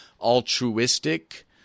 altruistic